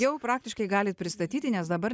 jau praktiškai galit pristatyti nes dabar